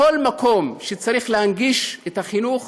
בכל מקום שצריך להנגיש את החינוך,